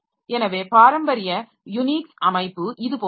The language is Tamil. எனவே பாரம்பரிய யூனிக்ஸ் அமைப்பு இது போன்றது